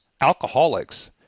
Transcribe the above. alcoholics